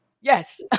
yes